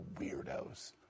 weirdos